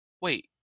wait